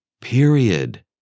Period